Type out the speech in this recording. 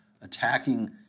attacking